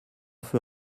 feu